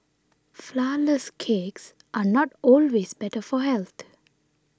Flourless Cakes are not always better for health